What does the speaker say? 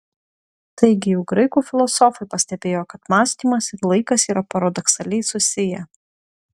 taigi jau graikų filosofai pastebėjo kad mąstymas ir laikas yra paradoksaliai susiję